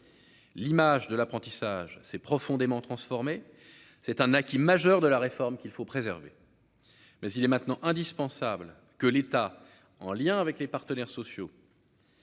L'image de l'apprentissage s'est profondément transformé, c'est un acquis majeur de la réforme qu'il faut préserver, mais il est maintenant indispensable que l'État en lien avec les partenaires sociaux.